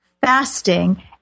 fasting